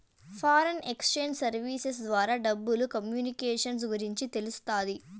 foreign exchange services ద్వారా డబ్బులు communications గురించి తెలుస్తాది